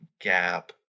gap